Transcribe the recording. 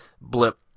Blip